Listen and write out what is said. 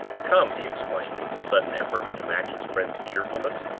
come! he exclaimed, with a sudden effort to match his friend's cheerfulness,